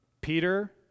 Peter